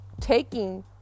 taking